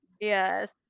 yes